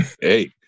hey